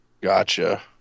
Gotcha